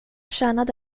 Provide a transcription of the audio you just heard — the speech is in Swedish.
tjänade